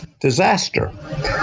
disaster